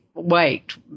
wait